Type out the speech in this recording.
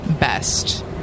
best